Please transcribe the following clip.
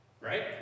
right